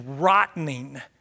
rottening